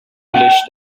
طولش